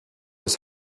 was